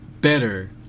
better